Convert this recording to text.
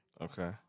Okay